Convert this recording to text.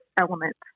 element